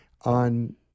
on